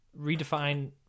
redefine